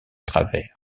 travers